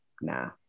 Nah